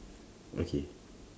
okay